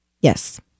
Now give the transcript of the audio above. Yes